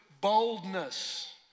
boldness